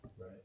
Right